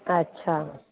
अच्छा